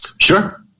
Sure